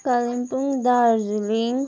Kalimpong Darjeeling